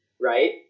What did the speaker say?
right